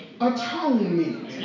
atonement